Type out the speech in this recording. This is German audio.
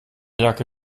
jacke